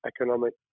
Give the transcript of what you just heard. economic